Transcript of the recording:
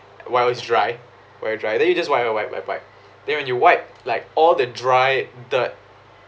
while it was dry very dry then you just wipe wipe wipe wipe wipe then when you wipe like all the dry dirt